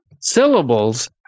syllables